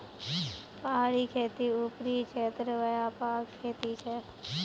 पहाड़ी खेती ऊपरी क्षेत्रत व्यापक खेती छे